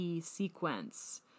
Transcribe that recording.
sequence